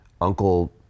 Uncle